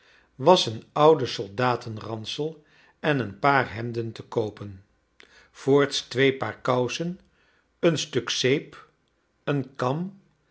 was een ouden soldaten ransel en een paar hemden te koopen voorts twee paar kousen een stuk zeep een kam